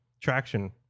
traction